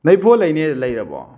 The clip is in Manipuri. ꯅꯣꯏ ꯐꯣꯟ ꯂꯩꯅꯦꯗꯣ ꯂꯩꯔꯕꯣ